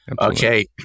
Okay